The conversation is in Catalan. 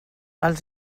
els